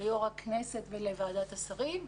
ליושב ראש הכנסת ולוועדת השרים.